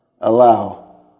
allow